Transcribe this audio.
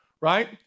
right